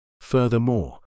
Furthermore